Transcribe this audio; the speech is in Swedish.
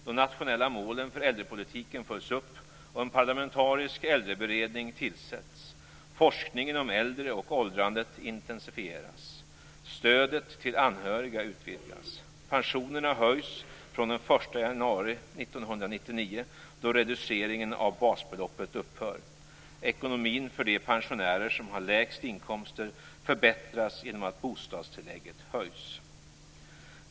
De nationella målen för äldrepolitiken följs upp och en parlamentarisk äldreberedning tillsätts. Forskningen om äldre och åldrandet intensifieras. Stödet till anhöriga utvidgas. Pensionerna höjs från den 1 januari 1999 då reduceringen av basbeloppet upphör. Ekonomin för de pensionärer som har lägst inkomster förbättras genom att bostadstillägget höjs.